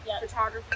photography